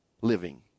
living